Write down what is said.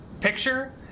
picture